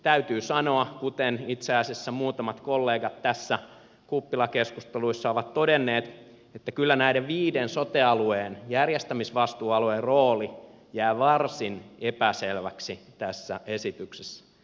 täytyy sanoa kuten itse asiassa muutamat kollegat kuppilakeskusteluissa ovat todenneet että kyllä näiden viiden sote alueen järjestämisvastuualueen rooli jää varsin epäselväksi tässä esityksessä